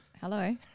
hello